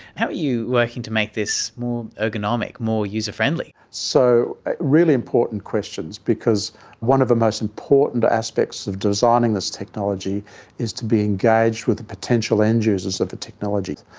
how are you working to make this more ergonomic, more user-friendly? so really important questions because one of the most important aspects of designing this this technology is to be engaged with potential end users of a technology.